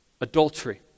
adultery